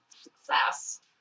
success